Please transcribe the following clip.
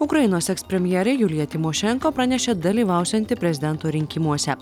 ukrainos ekspremjerė julija tymošenko pranešė dalyvausianti prezidento rinkimuose